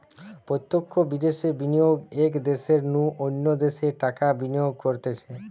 প্রত্যক্ষ বিদ্যাশে বিনিয়োগ এক দ্যাশের নু অন্য দ্যাশে টাকা বিনিয়োগ করতিছে